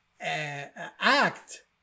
act